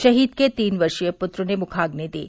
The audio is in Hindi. शहीद के तीन वर्षीय पुत्र ने मुखाग्नि दी